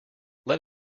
let